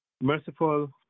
Merciful